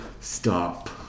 stop